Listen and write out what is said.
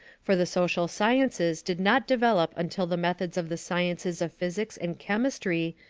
for the social sciences did not develop until the methods of the sciences of physics and chemistry,